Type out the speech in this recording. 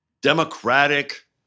democratic